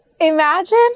imagine